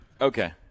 Okay